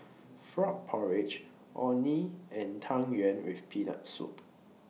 Frog Porridge Orh Nee and Tang Yuen with Peanut Soup